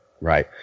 Right